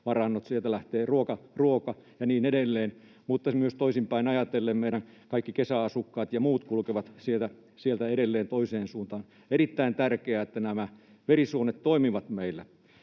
sieltä lähtee ruoka ja niin edelleen. Mutta myös toisinpäin ajatellen: meidän kaikki kesäasukkaat ja muut kulkevat sieltä edelleen toiseen suuntaan. On erittäin tärkeää, että nämä verisuonet toimivat meillä.